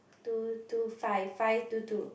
two two five five two two